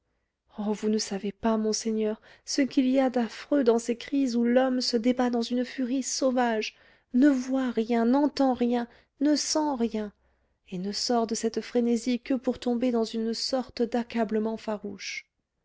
oh vous ne savez pas monseigneur ce qu'il y a d'affreux dans ces crises où l'homme se débat dans une furie sauvage ne voit rien n'entend rien ne sent rien et ne sort de cette frénésie que pour tomber dans une sorte d'accablement farouche